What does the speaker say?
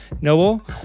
Noble